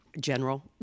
General